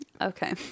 Okay